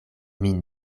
min